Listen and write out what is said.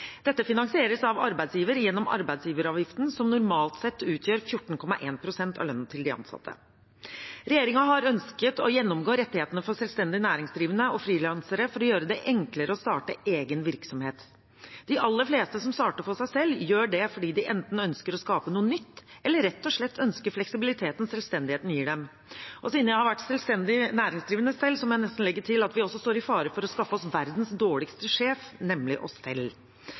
Dette finansieres av arbeidsgiver gjennom arbeidsgiveravgiften, som normalt sett utgjør 14,1 pst. av de ansattes lønn. Regjeringen har ønsket å gjennomgå rettighetene for selvstendig næringsdrivende og frilansere for å gjøre det enklere å starte egen virksomhet. De aller fleste som starter for seg selv, gjør det enten fordi de ønsker å skape noe nytt, eller fordi de rett og slett ønsker fleksibiliteten selvstendigheten gir dem. Siden jeg har vært selvstendig næringsdrivende selv, må jeg nesten legge til at vi også står i fare for å skaffe oss verdens dårligste sjef, nemlig oss selv.